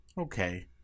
Okay